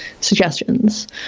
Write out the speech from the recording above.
suggestions